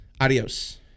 Adios